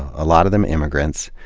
a lot of them immigrants.